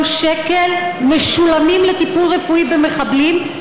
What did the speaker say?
שקל משולמים לטיפול רפואי במחבלים,